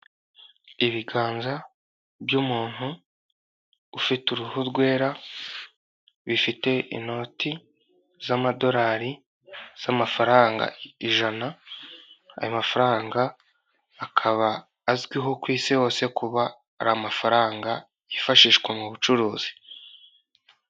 Ibiganza by'umuntu ufite uruhu rwera bifite inoti z'amadorari z'amafaranga ijana, ayo mafaranga akaba azwiho ku isi hose kuba ari amafaranga yifashishwa mu bucuruzi.